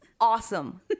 Awesome